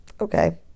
okay